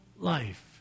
Life